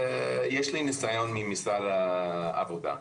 יש לי ניסיון ממשרד העבודה.